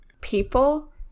people